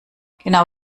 genau